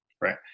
right